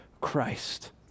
Christ